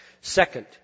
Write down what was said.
Second